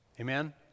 Amen